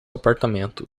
apartamento